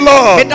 Lord